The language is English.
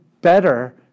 better